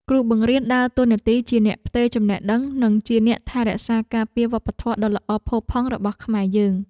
គ្រូបង្រៀនដើរតួនាទីជាអ្នកផ្ទេរចំណេះដឹងនិងជាអ្នកថែរក្សាការពារវប្បធម៌ដ៏ល្អផូរផង់របស់ខ្មែរយើង។